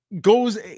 goes